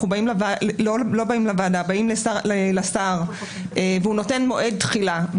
אנחנו באים לשר והוא נותן מועד תחילה.